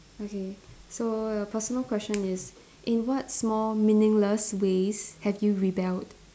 okay so the personal question is in what small meaningless ways have you rebelled